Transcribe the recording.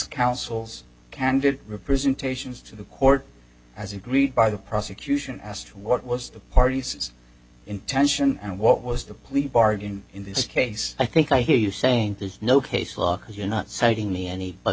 counsel's candid representations to the court as agreed by the prosecution asked what was the party's intention and what was the plea bargain in this case i think i hear you saying there's no case law because you're not citing me any but